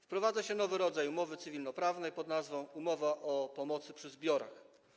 Wprowadza się nowy rodzaj umowy cywilnoprawnej pn. umowa o pomocy przy zbiorach.